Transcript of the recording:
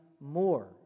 more